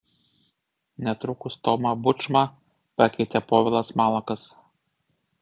netrukus tomą bučmą pakeitė povilas malakas